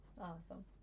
awesome